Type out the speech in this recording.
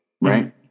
right